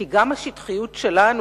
כי גם השטחיות שלנו,